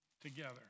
together